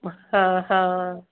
हा हा